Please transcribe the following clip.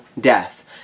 death